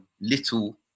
little